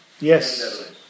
Yes